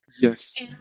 yes